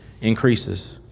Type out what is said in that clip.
increases